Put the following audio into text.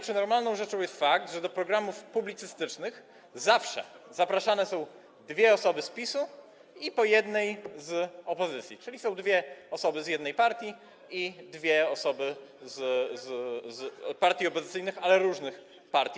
Czy normalną rzeczą jest to, że do programów publicystycznych zawsze zaprasza się dwie osoby z PiS-u i po jednej osobie z opozycji, czyli są dwie osoby z jednej partii i dwie osoby z partii opozycyjnych, ale różnych partii?